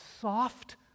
soft